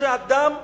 שאדם אחד,